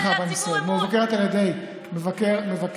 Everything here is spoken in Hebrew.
שבעצם יזמה את ההנחיה הזאת עוד מזמן והיא לא קוימה,